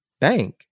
bank